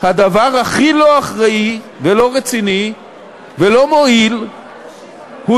הדבר הכי לא אחראי ולא רציני ולא מועיל הוא